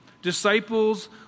Disciples